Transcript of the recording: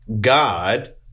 God